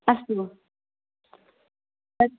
अस्तु अस्तु